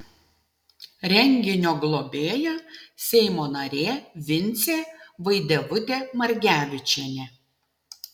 renginio globėja seimo narė vincė vaidevutė margevičienė